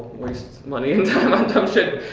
waste money on dumb shit.